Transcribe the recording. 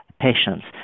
patients